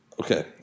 Okay